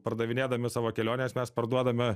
pardavinėdami savo keliones mes parduodame